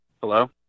Hello